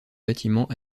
bâtiment